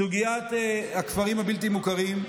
סוגיית הכפרים הבלתי-מוכרים,